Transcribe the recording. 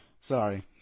sorry